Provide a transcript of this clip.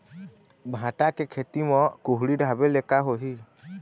भांटा के खेती म कुहड़ी ढाबे ले का होही?